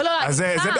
לא, אני אתך.